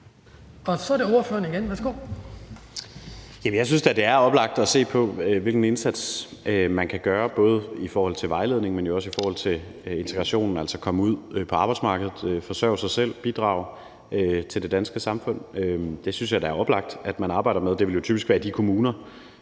Kasper Sand Kjær (S): Jeg synes da, det er oplagt at se på, hvilken indsats man kan gøre både i forhold til vejledning, men jo også i forhold til integrationen, altså det, at de kan komme ud på arbejdsmarkedet, forsørge sig selv og bidrage til det danske samfund. Det synes jeg da er oplagt at man arbejder med. Det vil jo typisk være i de kommuner,